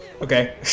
Okay